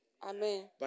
Amen